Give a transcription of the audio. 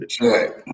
right